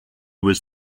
was